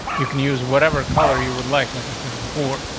you can use whatever color you would like. like i said before.